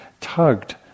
tugged